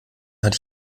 hat